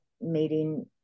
meeting